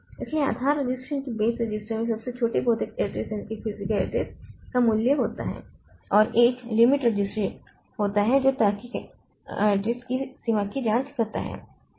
इसलिए आधार रजिस्टर में सबसे छोटे भौतिक एड्रेस का मूल्य होता है और एक लिमिट रजिस्टर होता है जो तार्किक एड्रेस की सीमा की जांच करता है